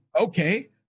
okay